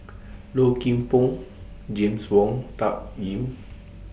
Low Kim Pong James Wong Tuck Yim